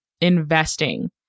investing